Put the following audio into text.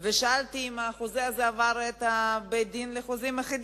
ולהבין אותם היה צריך עזרה של משפטנים.